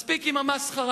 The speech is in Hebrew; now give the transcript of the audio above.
מספיק עם המסחרה.